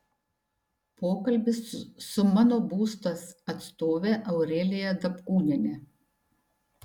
pokalbis su mano būstas atstove aurelija dapkūniene